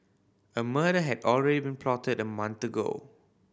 a murder had already been plotted a month ago